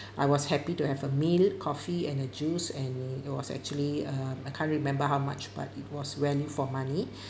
I was happy to have a meal coffee and a juice and it it was actually uh I can't remember how much but it was value for money